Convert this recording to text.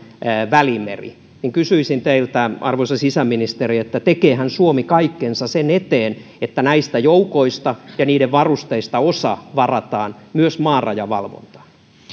välimeri niin kysyisin teiltä arvoisa sisäministeri tekeehän suomi kaikkensa sen eteen että näistä joukoista ja niiden varusteista osa varataan myös maarajavalvontaan